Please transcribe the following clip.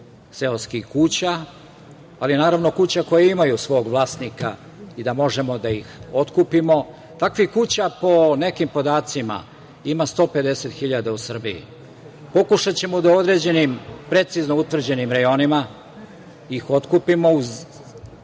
seoskih kuća, ali naravno kuća koje imaju svog vlasnika i da možemo da ih otkupimo. Takvih kuća po nekim podacima ima 150.000 u Srbiji. Pokušaćemo da određenim precizno utvrđenim reonima ih otkupimo u